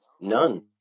none